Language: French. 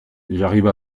j’arrive